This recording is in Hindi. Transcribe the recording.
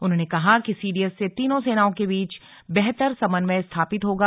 उन्होंने कहा कि सीडीएस से तीनों सेनाओं के बीच बेहतर समन्वय स्थापित होगा